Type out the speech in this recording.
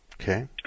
Okay